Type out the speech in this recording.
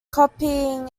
copying